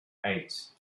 eight